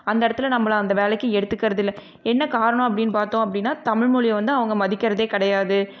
அந்த இடத்துல நம்மள அந்த வேலைக்கு எடுத்துகிறது இல்லை என்ன காரணம் அப்படின்னு பார்த்தோம் அப்படின்னா தமிழ் மொழி வந்து அவங்க மதிக்கிறதே கிடையாது